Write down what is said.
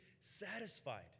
satisfied